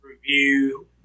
review